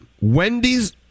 wendy's